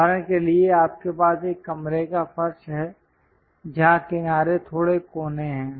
उदाहरण के लिए आपके पास एक कमरे का फर्श है जहां किनारे थोड़े कोने हैं